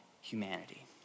humanity